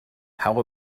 how